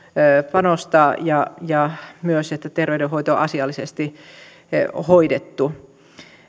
panostaa ja ja myös että terveydenhoito on asiallisesti hoidettu